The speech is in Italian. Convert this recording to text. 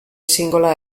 singola